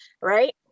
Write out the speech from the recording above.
right